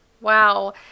Wow